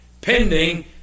pending